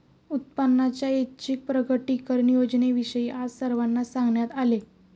उत्पन्नाच्या ऐच्छिक प्रकटीकरण योजनेविषयी आज सर्वांना सांगण्यात आले